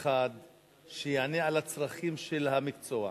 אחד שיענה על הצרכים של המקצוע.